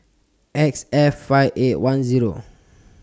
X F five eight one Zero